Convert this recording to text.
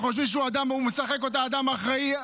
שמשחק אותה אדם אחראי,